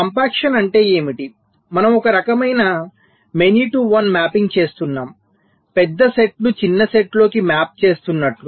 compaction అంటే ఏమిటి మనం ఒక రకమైన మెనీ టు వన్ మాపింగ్ చేస్తున్నాము పెద్ద సెట్ను చిన్న సెట్లోకి మ్యాప్ చేస్తున్నట్లు